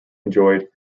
enjoyed